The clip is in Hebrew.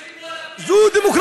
אנשים שילמו עליו כסף, זו דמוקרטיה.